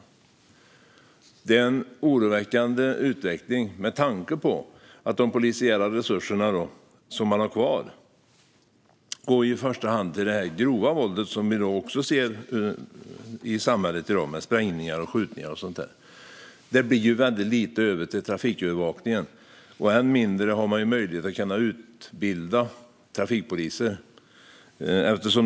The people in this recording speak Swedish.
Detta är en oroväckande utveckling med tanke på att de polisiära resurser man har kvar i första hand går till det grova våld i form av sprängningar, skjutningar och så vidare som vi också ser i samhället i dag. Det blir väldigt lite över till trafikövervakningen, och än mindre har man möjlighet att utbilda trafikpoliser.